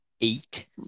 eight